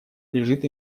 лежит